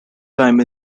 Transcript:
time